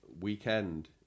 weekend